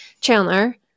Chandler